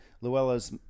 Luella's